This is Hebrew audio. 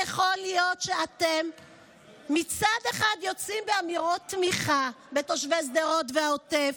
שאתם מצד אחד יוצאים באמירות תמיכה בתושבי שדרות והעוטף,